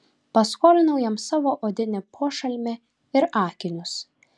paskolinau jam savo odinį pošalmį ir akinius